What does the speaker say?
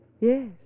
Yes